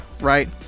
right